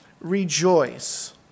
rejoice